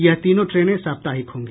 यह तीनों ट्रेनें साप्ताहिक होंगी